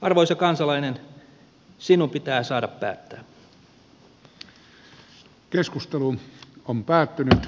arvoisa kansalainen sinun pitää saada päättää